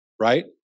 right